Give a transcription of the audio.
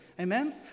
Amen